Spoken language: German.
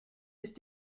ist